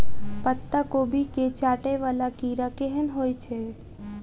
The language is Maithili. पत्ता कोबी केँ चाटय वला कीड़ा केहन होइ छै?